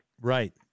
Right